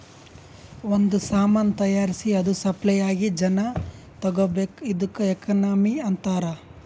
ಒಂದ್ ಸಾಮಾನ್ ತೈಯಾರ್ಸಿ ಅದು ಸಪ್ಲೈ ಆಗಿ ಜನಾ ತಗೋಬೇಕ್ ಇದ್ದುಕ್ ಎಕನಾಮಿ ಅಂತಾರ್